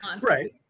Right